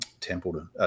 Templeton –